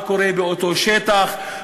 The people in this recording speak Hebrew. מה קורה באותו שטח,